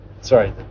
Sorry